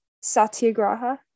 Satyagraha